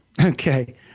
Okay